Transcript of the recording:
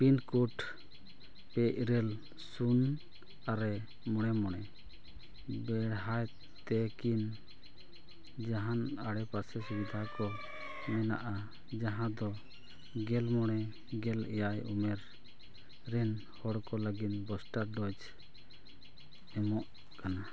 pin code ᱯᱮ ᱤᱨᱟᱹᱞ ᱥᱩᱱ ᱟᱨᱮ ᱢᱚᱬᱮ ᱢᱚᱬᱮ ᱵᱮᱲᱦᱟᱭᱛᱮ ᱠᱤ ᱡᱟᱦᱟᱱ ᱟᱲᱮ ᱯᱟᱥᱮ ᱥᱩᱵᱤᱫᱷᱟ ᱠᱚ ᱢᱮᱱᱟᱜᱼᱟ ᱡᱟᱦᱟᱸ ᱫᱚ ᱜᱮᱞ ᱢᱚᱬᱮ ᱜᱮᱞ ᱮᱭᱟᱭ ᱩᱢᱮᱨ ᱨᱮᱱ ᱦᱚᱲ ᱠᱚ ᱞᱟᱹᱜᱤᱫ ᱵᱩᱥᱴᱟᱨ ᱰᱳᱡᱽ ᱮᱢᱚᱜ ᱠᱟᱱᱟ